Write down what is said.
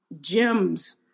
gems